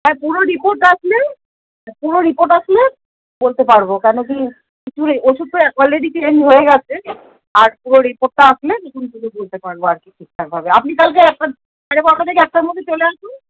হ্যাঁ পুরো রিপোর্ট আসলে পুরো রিপোর্ট আসলে বলতে পারব কেন কি কিছু ওষুধ তো অলরেডি চেঞ্জ হয়ে গেছে আর পুরো রিপোর্টটা আসলে নতুন করে বলতে পারব আর কি ঠিকঠাকভাবে আপনি কালকে একটা সাড়ে বারোটা থেকে একটার মধ্যে চলে আসুন